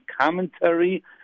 commentary